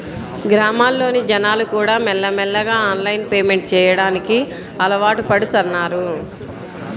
గ్రామాల్లోని జనాలుకూడా మెల్లమెల్లగా ఆన్లైన్ పేమెంట్ చెయ్యడానికి అలవాటుపడుతన్నారు